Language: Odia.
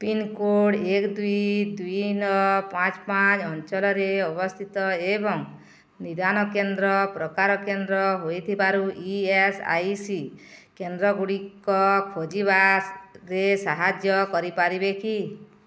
ପିନ୍କୋଡ଼୍ ଏକ ଦୁଇ ଦୁଇ ନଅ ପାଞ୍ଚ ପାଞ୍ଚ ଅଞ୍ଚଳରେ ଅବସ୍ଥିତ ଏବଂ ନିଦାନ କେନ୍ଦ୍ର ପ୍ରକାର କେନ୍ଦ୍ର ହୋଇଥିବାରୁ ଇ ଏସ୍ ଆଇ ସି କେନ୍ଦ୍ରଗୁଡ଼ିକ ଖୋଜିବାରେ ସାହାଯ୍ୟ କରିପାରିବେ କି